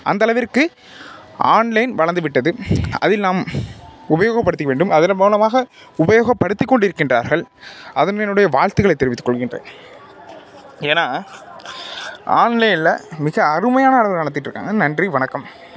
அந்த அளவிற்கு ஆன்லைன் வளர்ந்து விட்டது அதில் நாம் உபயோகப்படுத்திக்க வேண்டும் அதன் மூலமாக உபயோகப்படுத்திக்கொண்டு இருக்கின்றார்கள் அதன் என்னுடைய வாழ்த்துகளைத் தெரிவித்துக்கொள்கின்றேன் ஏன்னால் ஆன்லைனில் மிக அருமையான அளவில் நடத்திட்டு இருக்காங்க நன்றி வணக்கம்